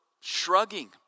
shrugging